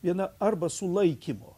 viena arba sulaikymo